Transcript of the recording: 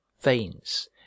veins